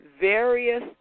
Various